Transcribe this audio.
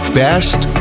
best